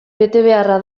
betebeharra